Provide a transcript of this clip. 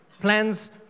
plans